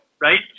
right